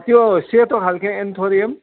अँ त्यो सेतो खालको एन्थोरियम